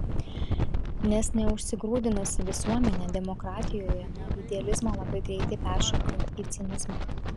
nes neužsigrūdinusi visuomenė demokratijoje nuo idealizmo labai greitai peršoka į cinizmą